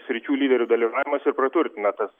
sričių lyderių dalyvavimas ir praturtina tas